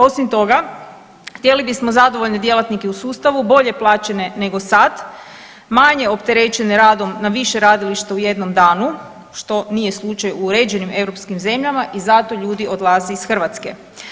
Osim toga, htjeli bismo zadovoljne djelatnike u sustavu, bolje plaćene nego sad, manje opterećene na više radilišta u jednom danu što nije slučaj u uređenim europskim zemljama i zato ljudi odlaze iz Hrvatske.